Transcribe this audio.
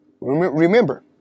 remember